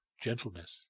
gentleness